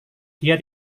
dia